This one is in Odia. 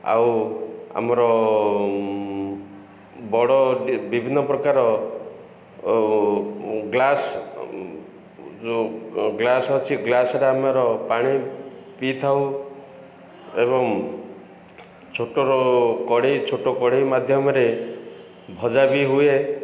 ଆଉ ଆମର ବଡ଼ ବିଭିନ୍ନ ପ୍ରକାର ଗ୍ଲାସ୍ ଯୋଉ ଗ୍ଲାସ୍ ଅଛି ଗ୍ଲାସ୍ରେ ଆମର ପାଣି ପିଇଥାଉ ଏବଂ ଛୋଟ କଢ଼େଇ ଛୋଟ କଢ଼େଇ ମାଧ୍ୟମରେ ଭଜା ବି ହୁଏ